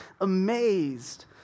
amazed